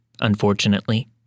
Unfortunately